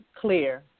clear